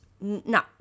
no